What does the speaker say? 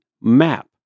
map